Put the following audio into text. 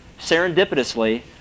serendipitously